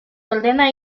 ordenar